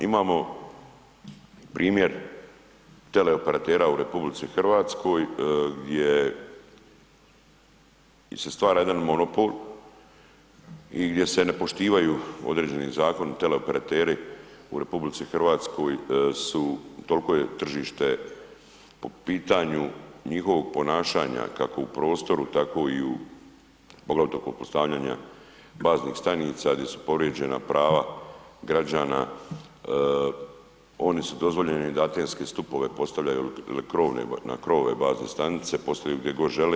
Imamo primjer teleoperatera u RH gdje im se stvara jedan monopol i gdje se nepoštivaju određeni zakoni teleoperateri u RH su toliko je tržište po pitanju njihovog ponašanja kako u prostoru tako i u, poglavito kod postavljanja baznih stanica gdje su povrijeđena prava građana, oni su dozvoljeni da antenske stupove postavljaju ili krovne, na krovove bazne stanice postavljaju gdje god žele.